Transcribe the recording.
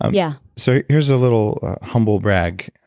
um yeah so here's a little humble brag.